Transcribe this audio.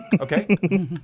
Okay